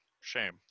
Shame